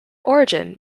origin